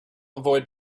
avoid